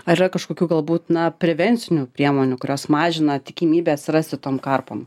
ar yra kažkokių galbūt na prevencinių priemonių kurios mažina tikimybę atsirasti tom karpom